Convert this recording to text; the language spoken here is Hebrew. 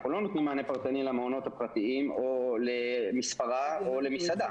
אנחנו לא נותנים מענה פרטני למעונות הפרטיים או למספרה או למסעדה.